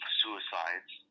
suicides